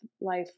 life